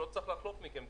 לא צריך לחלוב אתכם,